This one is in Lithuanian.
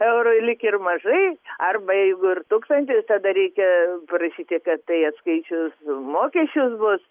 eurų lyg ir mažai arba jeigu ir tūkstantis tada reikia prašyti kad tai atskaičius mokesčius bus